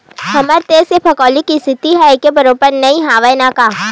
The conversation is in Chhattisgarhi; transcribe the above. हमर देस के भउगोलिक इस्थिति ह एके बरोबर नइ हवय न गा